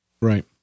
Right